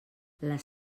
les